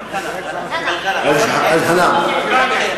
זה גם: אל-ע'אנם.